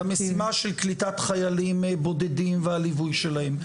למשימה של קליטת חיילים בודדים והליווי שלהם,